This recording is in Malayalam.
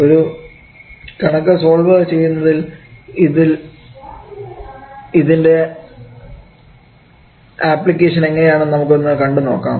ഒരു കണക്ക് സോൾവ് ചെയ്യുന്നതിൽ ഇതിൻറെ ആപ്ലിക്കേഷൻ എങ്ങനെയാണെന്ന് നമുക്കൊന്ന് കണ്ടു നോക്കാം